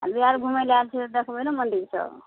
आ बिहार घुमै लए आयल छियै तऽ देखबै ने मन्दिर सब